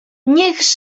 niech